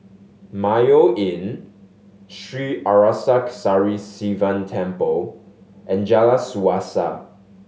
Mayo Inn Sri Arasakesari Sivan Temple and Jalan Suasa